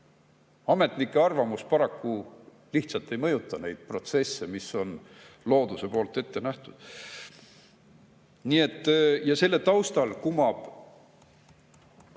Ametnike arvamus paraku lihtsalt ei mõjuta neid protsesse, mis on looduse poolt ette nähtud. Selle taustal kumab